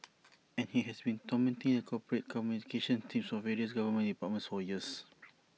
and he has been tormenting the corporate communications team of various government departments for years